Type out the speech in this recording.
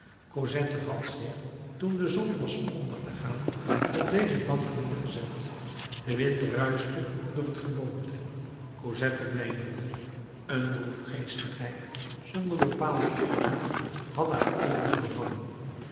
cosette had zich toen de zon was ondergegaan op deze bank neergezet de wind ruischte door het geboomte cosette mijmerde een droefgeestigheid zonder bepaalde oorzaak had haar allengs bevangen